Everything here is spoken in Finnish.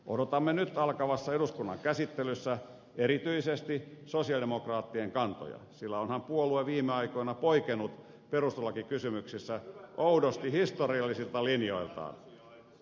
odotamme nyt alkavassa eduskunnan käsittelyssä erityisesti sosialidemokraattien kantoja sillä onhan puolue viime aikoina poikennut perustuslakikysymyksissä oudosti historiallisilta linjoiltaan